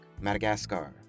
Madagascar